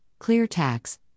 ClearTax